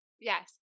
Yes